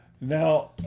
now